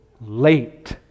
late